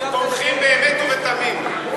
תומכים באמת ובתמים,